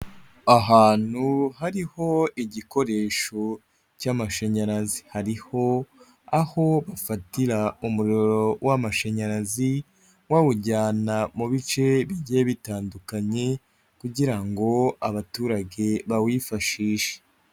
Ahantu hariho igikoresho cy'amashanyarazi. Hariho aho bafatira umuriro w'amashanyarazi, bawujyana mu bice bigiye bitandukanye kugira ngo abaturage bawifashishe.